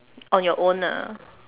on your own lah